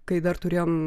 kai dar turėjom